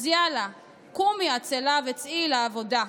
אז יאללה, קומי עצלה, וצאי לעבודה.